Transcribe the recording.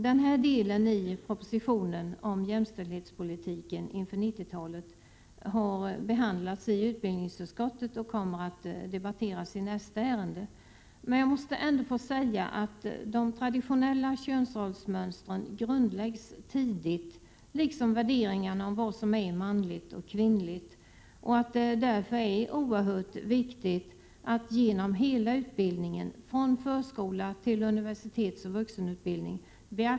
Denna del i propositionen om jämställdhetspolitiken inför 90-talet har behandlats i utbildningsutskottet och kommer att debatteras i nästa ärende. Jag måste ändå få säga att de traditionella könsrollsmönstren grundläggs tidigt, liksom värderingarna av vad som är manligt och kvinnligt. Det är därför oerhört viktigt att just jämställdhetsaspekterna beaktas genom hela utbildningen, från förskola till universitetsoch vuxenutbildning.